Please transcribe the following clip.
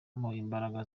imbaraga